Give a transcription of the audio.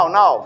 no